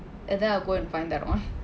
and then I'll go and find that [one]